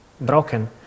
broken